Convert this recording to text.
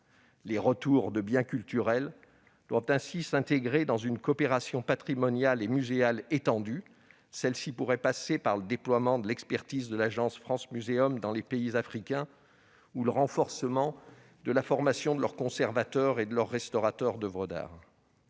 Les retours de biens culturels doivent ainsi s'intégrer dans une coopération patrimoniale et muséale étendue. Celle-ci pourrait passer par le déploiement de l'expertise de l'Agence France-Museums dans les pays africains ou le renforcement de la formation de leurs conservateurs et de leurs restaurateurs d'oeuvres d'art.